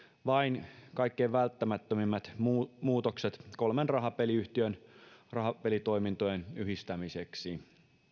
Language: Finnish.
vain kaikkein välttämättömimmät muutokset kolmen rahapeliyhtiön rahapelitoimintojen yhdistämiseksi